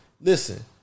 Listen